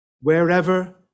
wherever